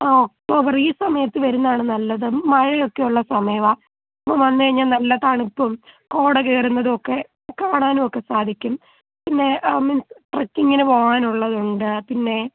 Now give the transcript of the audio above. ആ ഒക്ടോബറ് ഈ സമയത്ത് വരുന്നതാണ് നല്ലത് മഴയൊക്കെയുള്ള സമയമാണ് അപ്പോൾ വന്നു കഴിഞ്ഞാൽ നല്ല തണുപ്പും കോട കയറുന്നതുമൊക്കെ കാണാനുമൊക്കെ സാധിക്കും പിന്നെ മീൻസ് ട്രക്കിങ്ങിന് പോകാനുള്ളതുണ്ട് പിന്നെ